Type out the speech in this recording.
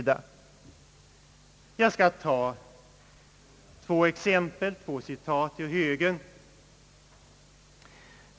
Jag skall ta tre citat ur högen.